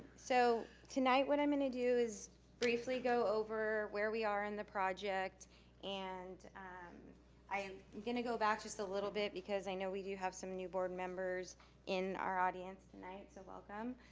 so tonight what i'm gonna do is briefly go over where we are in the project and i am gonna go back just a little bit because i know we do have some new board members in our audience tonight, so welcome.